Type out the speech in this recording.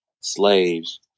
slaves